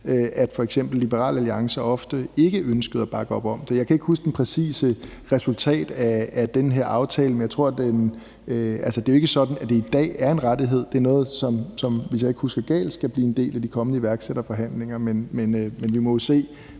at f.eks. Liberal Alliance ofte ikke ønskede at bakke op om det. Jeg kan ikke huske det præcise resultat af den her aftale. Det er jo ikke sådan, at det i dag er en rettighed, men det er noget, som, hvis jeg ikke husker galt, skal blive en del af de kommende iværksætterforhandlinger. Det må vi jo se,